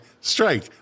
strike